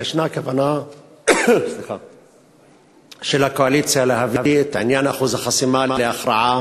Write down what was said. יש כוונה של הקואליציה להביא את עניין אחוז החסימה להכרעה